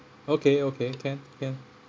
okay okay can can